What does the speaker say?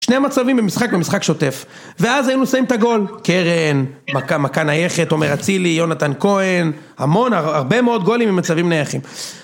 שני מצבים במשחק, במשחק שוטף. ואז היינו שמים את הגול. קרן, מכה נייחת, עומר אצילי, יונתן כהן, המון, הרבה מאוד גולים ממצבים נייחים.